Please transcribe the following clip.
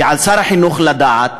ועל שר החינוך לדעת,